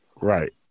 Right